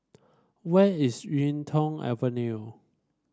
where is YuK Tong Avenue